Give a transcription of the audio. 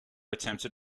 attempted